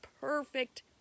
perfect